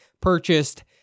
purchased